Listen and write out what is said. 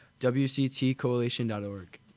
wctcoalition.org